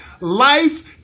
Life